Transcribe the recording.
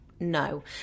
no